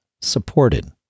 supported